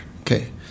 okay